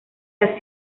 las